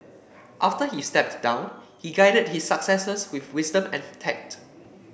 after he stepped down he guided his successors with wisdom and tact